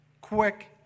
quick